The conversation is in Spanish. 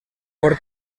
por